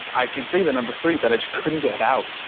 i can see the number three, but i just couldn't get it out.